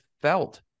felt